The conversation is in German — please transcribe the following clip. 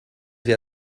wir